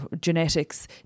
genetics